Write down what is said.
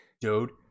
Dude